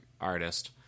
artist